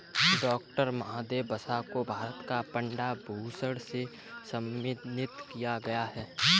doctor Mahadevappa को भारत में पद्म भूषण से सम्मानित किया गया है